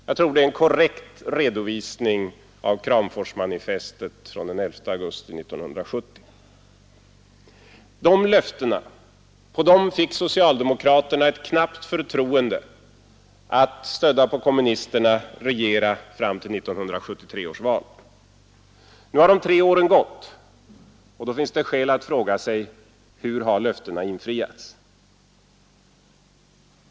Jag tror detta är en korrekt redovisning av Kramforsmanifestet av den 11 augusti 1970. På dessa löften fick socialdemokraterna ett knappt förtroende att, stödda på kommunisterna, regera fram till 1973 års val. Nu har de tre åren gått. Då finns det skäl att fråga sig: Hur har löftena infriats?